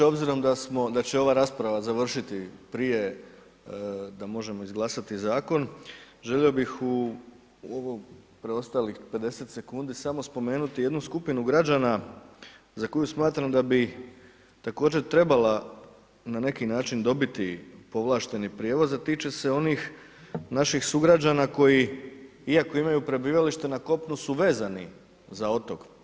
Obzirom da smo, da će ova rasprava završiti prije da možemo izglasati zakon, želio bih u ovo preostalih 50 sekundi samo spomenuti jednu skupinu građana za koju smatram da bi također trebala na neki način dobiti povlašteni prijevoz, a tiče se onih naših sugrađana koji, iako imaju prebivalište na kopnu su vezani za otok.